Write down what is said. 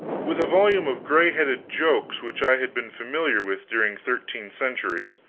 with a volume of gray-headed jokes which i had been familiar with during thirteen centuries.